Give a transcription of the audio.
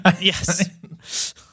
Yes